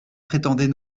prétendait